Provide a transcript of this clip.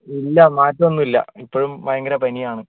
ഇല്ല മാറ്റമൊന്നുമില്ല ഇപ്പോഴും ഭയങ്കര പനിയാണ്